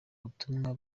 butumwa